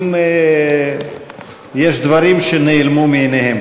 אם יש דברים שנעלמו מעיניהם.